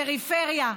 פריפריה.